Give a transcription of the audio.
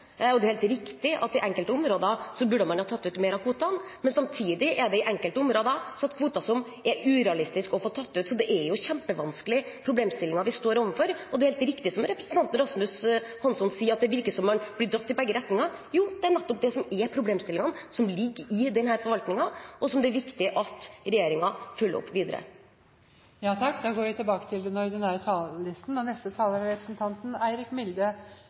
bestandsmålene. Det er helt riktig at i enkelte områder burde man ha tatt ut mer av kvotene, men samtidig er det i enkelte områder satt kvoter som det er urealistisk å få tatt ut. Det er kjempevanskelige problemstillinger vi står overfor, og det er helt riktig som representanten Rasmus Hansson sier, at det virker som man blir dratt i begge retninger. Det er nettopp det som er problemstillingene som ligger i denne forvaltningen, og som det er viktig at regjeringen følger opp videre. Replikkordskiftet er